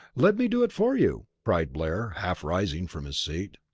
let me do it for you! cried blair, half rising from his seat.